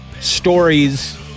stories